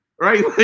right